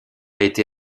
été